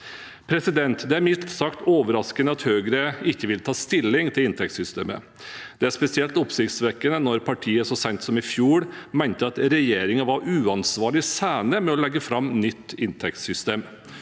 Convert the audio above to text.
velferd. Det er mildt sagt overraskende at Høyre ikke vil ta stilling til inntektssystemet. Det er spesielt oppsiktsvekkende når partiet så sent som i fjor mente at regjeringen var uansvarlig sene med å legge fram et nytt inntektssystem.